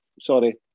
sorry